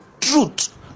truth